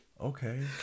Okay